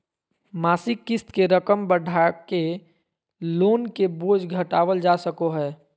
मासिक क़िस्त के रकम बढ़ाके लोन के बोझ घटावल जा सको हय